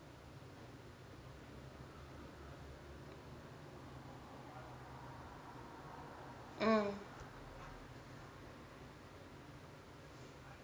mm